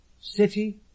city